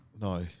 No